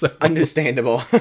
Understandable